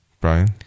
Brian